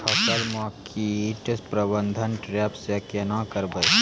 फसल म कीट प्रबंधन ट्रेप से केना करबै?